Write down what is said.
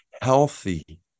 healthy